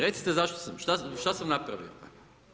Recite šta sam napravio?